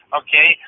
okay